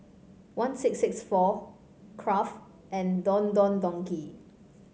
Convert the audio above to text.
one six six four Kraft and Don Don Donki